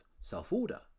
self-order